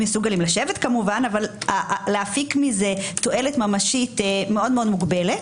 מסוגלים לשבת אבל להפיק מזה תועלת ממשית מאוד-מאוד מוגבלת.